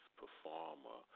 performer